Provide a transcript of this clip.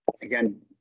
again